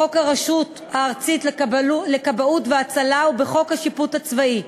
בחוק הרשות הארצית לכבאות והצלה ובחוק השיפוט הצבאי.